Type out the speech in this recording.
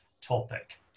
topic